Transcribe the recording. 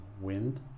wind